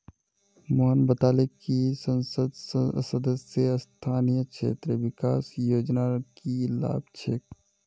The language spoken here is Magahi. मोहन बताले कि संसद सदस्य स्थानीय क्षेत्र विकास योजनार की लाभ छेक